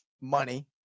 money